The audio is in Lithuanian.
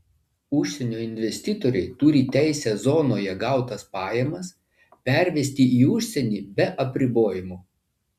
užsienio investitoriai turi teisę zonoje gautas pajamas pervesti į užsienį be apribojimų